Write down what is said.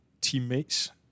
teammates